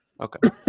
Okay